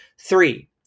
Three